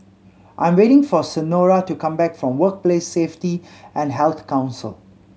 I am waiting for Senora to come back from Workplace Safety and Health Council